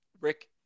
rick